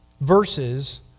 verses